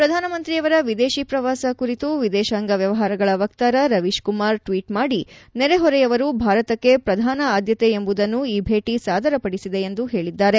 ಪ್ರಧಾನಮಂತ್ರಿಯವರ ವಿದೇಶಿ ಪ್ರವಾಸ ಕುರಿತು ವಿದೇಶಾಂಗ ವ್ಯವಹಾರಗಳ ವಕ್ತಾರ ರವೀತ್ ಕುಮಾರ್ ಟ್ವೀಟ್ ಮಾಡಿ ನೆರೆಹೊರೆಯವರು ಭಾರತಕ್ಕೆ ಪ್ರಧಾನ ಆದ್ಯತೆ ಎಂಬುದನ್ನು ಈ ಭೇಟ ಸಾದರಪಡಿಸಿದೆ ಎಂದು ಹೇಳಿದ್ದಾರೆ